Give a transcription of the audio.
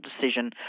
decision